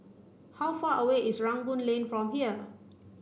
how far away is Rangoon Lane from here